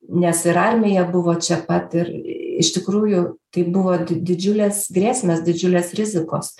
nes ir armija buvo čia pat ir iš tikrųjų tai buvo di didžiulės grėsmės didžiulės rizikos